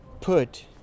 put